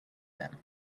them